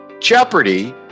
Jeopardy